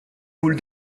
boule